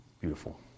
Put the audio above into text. Beautiful